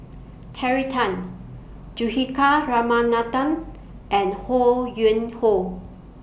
Terry Tan Juthika Ramanathan and Ho Yuen Hoe